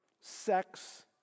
sex